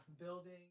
building